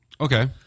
Okay